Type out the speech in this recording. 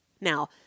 Now